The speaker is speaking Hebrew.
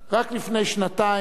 רק לפני שנתיים,